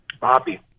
Bobby